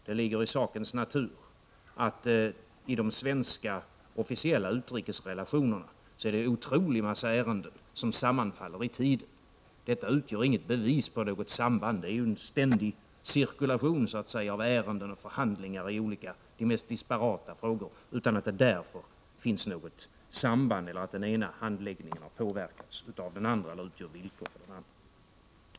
Det ligger i sakens natur att i de svenska officiella utrikesrelationerna är det en otrolig massa ärenden som sammanfaller i tiden. Det är inget bevis på ett samband. Det sker en ständig cirkulation av ärenden och förhandlingar i de mest disparata frågor, utan att det därför finns något samband eller att den ena handläggningen påverkats av den andra.